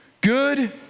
good